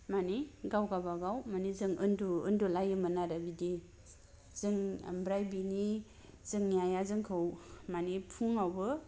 मानि गाव गावबागाव मानि जों उनदु उनदुलायोमोन आरो बिदि जों ओमफ्राय बिनि जोंनि आइआ जोंखौ माने फुंआवबो